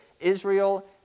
Israel